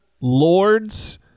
Lords